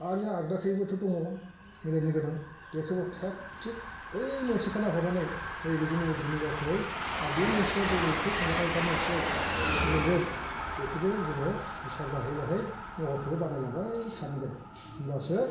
आरो आगदाखैबोथ' दङ मिलायनो गोनां बेखौबो थाग थिग बै मोनसेखौ नाहरनानै नैबेजों मिलायदोंना मिलायाखै आरो बे मोनसेया बबेखै थांबाथाय थार मोनसेयाव मिलायगोन बेखौबो जोङो हिसाब लाहै लाहै महरखौ बानायलांबाय थानांगोन होमब्लासो